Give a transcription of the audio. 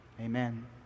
Amen